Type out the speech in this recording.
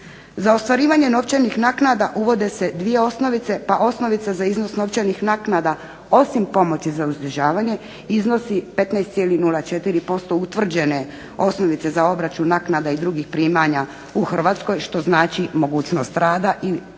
Za ostvarivanje novčanih naknada uvode se dvije osnovice pa osnovica za iznos novčanih naknada osim pomoći za uzdržavanja iznosi 15,04% utvrđene osnovnice za obračun naknada i drugih primanja u Hrvatskoj što znači mogućnost rada i godišnjeg